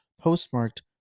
postmarked